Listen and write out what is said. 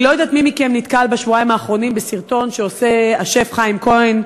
אני לא יודעת מי מכם נתקל בשבועיים האחרונים בסרטון שעושה השף חיים כהן,